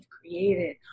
created